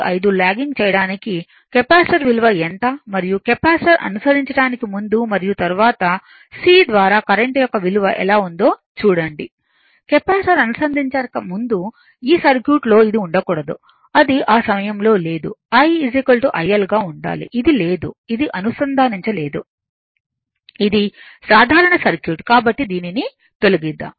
95 logging చేయడానికి capacitor విలువ ఎంత మరియు కెపాసిటర్ని అనుసంధానించక ముందు మరియు తరువాత C ద్వారా కరెంట్ యొక్క విలువ ఎలా ఉందో చూడండి కెపాసిటర్ని అనుసంధానించక ముందు ఈ సర్క్యూట్ లో ఇది ఉండకూడదు అది ఆ సమయంలో లేదు I IL గా ఉండాలి ఇది లేదు ఇది అనుసంధానించ లేదు ఇది సాధారణ సర్క్యూట్ కాబట్టి దీనిని తొలగిద్దాం